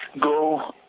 go